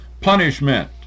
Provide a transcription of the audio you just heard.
punishment